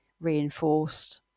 reinforced